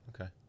Okay